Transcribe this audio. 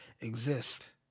exist